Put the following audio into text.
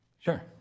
Sure